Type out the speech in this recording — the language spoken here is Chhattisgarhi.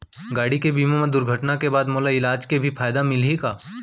गाड़ी के बीमा मा दुर्घटना के बाद मोला इलाज के भी फायदा मिलही का?